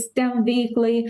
stem veiklai